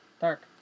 dark